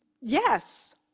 Yes